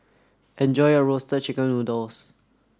enjoy your roasted chicken noodle